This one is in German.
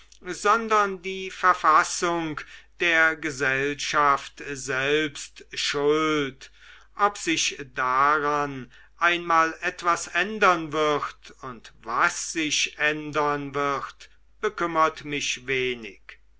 sondern die verfassung der gesellschaft selbst schuld ob sich daran einmal etwas ändern wird und was sich ändern wird bekümmert mich wenig